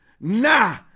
Nah